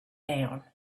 down